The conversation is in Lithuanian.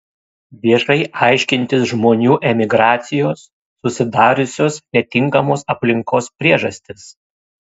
viešai aiškintis žmonių emigracijos susidariusios netinkamos aplinkos priežastis